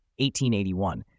1881